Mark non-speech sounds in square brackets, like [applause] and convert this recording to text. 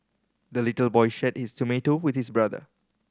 the little boy shared his [unintelligible] with his brother